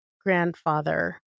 grandfather